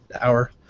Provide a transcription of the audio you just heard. hour